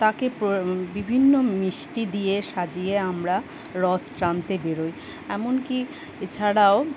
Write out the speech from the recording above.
তাকে বিভিন্ন মিষ্টি দিয়ে সাজিয়ে আমরা রথ টানতে বেরোই এমনকি এছাড়াও